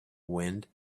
wind